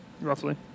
Roughly